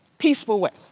peaceful way.